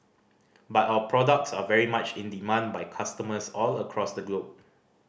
but our products are very much in demand by customers all across the globe